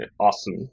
awesome